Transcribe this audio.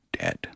dead